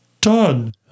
done